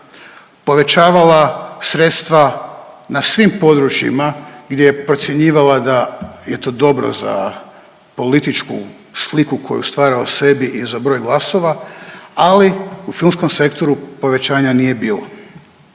povećavala sredstva na svim područjima gdje procjenjivala da je to dobro za političku sliku koju stvara o sebi i za broj glasova, ali u filmskom sektoru povećanja nije bilo.